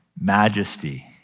majesty